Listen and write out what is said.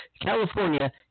California